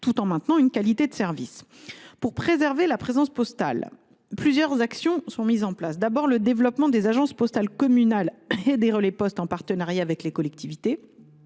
tout en maintenant une qualité de service. Afin de préserver la présence postale, plusieurs actions sont mises en place. Le développement des agences postales communales et des relais poste en partenariat avec les collectivités